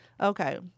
Okay